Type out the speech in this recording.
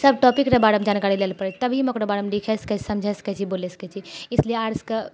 सब टॉपिक रऽ बारेमे जानकारी लैलए पड़ै छै तभी हम ओकरा बारेमे लिखि सकै छिए समझै सकै छिए बोलै सकै छिए इसीलिए आर्ट्सके